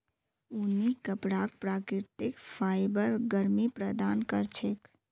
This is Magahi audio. ऊनी कपराक प्राकृतिक फाइबर गर्मी प्रदान कर छेक